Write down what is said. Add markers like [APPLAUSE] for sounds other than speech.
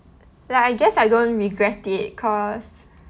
like I guess I don't regret it cause [BREATH]